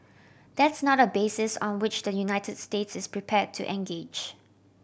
that's not a basis on which the United States is prepare to engage